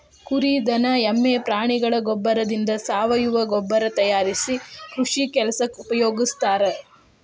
ಕುರಿ ದನ ಎಮ್ಮೆ ಪ್ರಾಣಿಗಳ ಗೋಬ್ಬರದಿಂದ ಸಾವಯವ ಗೊಬ್ಬರ ತಯಾರಿಸಿ ಕೃಷಿ ಕೆಲಸಕ್ಕ ಉಪಯೋಗಸ್ತಾರ